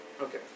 Okay